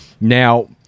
Now